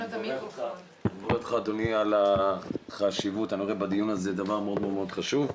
אני רואה בדיון הזה דבר מאוד מאוד חשוב.